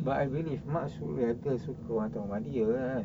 but I believe mak would rather suka orang datang rumah dia kan